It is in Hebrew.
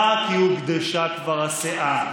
באה כי הוגדשה כבר הסאה,